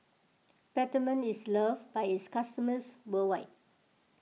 Peptamen is loved by its customers worldwide